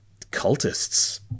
cultists